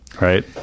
Right